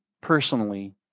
personally